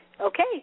okay